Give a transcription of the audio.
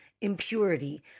impurity